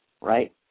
right